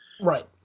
Right